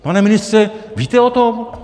Pane ministře, víte o tom?